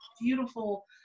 Beautiful